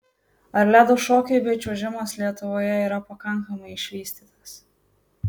ar ledo šokiai bei čiuožimas lietuvoje yra pakankamai išvystytas